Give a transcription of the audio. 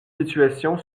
situation